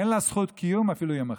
אין לה זכות קיום אפילו יום אחד.